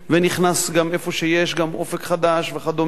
נכנס גם איפה שיש "אופק חדש" וכדומה.